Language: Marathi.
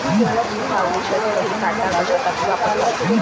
भाऊ, शेतकरी काटा कशासाठी वापरतात?